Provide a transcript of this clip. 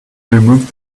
removed